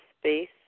space